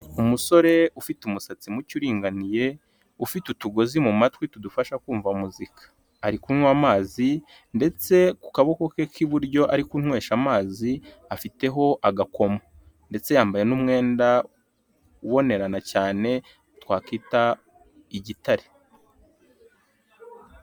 Umusore ufite umusatsi muke uringaniye, ufite utugozi mu matwi tudufasha kumva muzika, ari kunywa amazi ndetse ku kaboko ke k'iburyo ari kunywesha amazi afiteho agakomo ndetse yambaye n'umwenda ubonerana cyane twakita igitare.